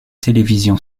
télévision